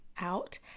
out